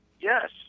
Yes